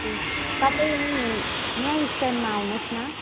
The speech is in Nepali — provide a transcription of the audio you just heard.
तपाईँ यहीँ स्ट्यान्डमा आउनुहोस् न